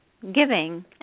giving